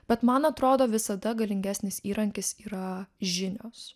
bet man atrodo visada galingesnis įrankis yra žinios